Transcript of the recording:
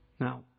Now